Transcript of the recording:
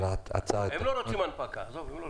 הם לא רוצים הלוואה.